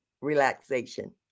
relaxation